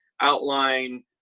outline